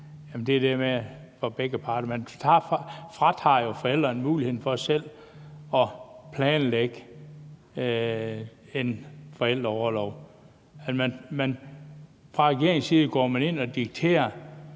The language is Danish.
med, at det er begge parter. For man fratager jo forældrene muligheden for selv at planlægge en forældreorlov. Fra regeringens side går man ind og dikterer